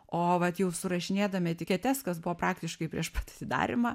o vat jau surašinėdami etiketes kas buvo praktiškai prieš pat atidarymą